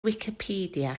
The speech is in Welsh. wicipedia